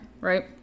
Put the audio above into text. Right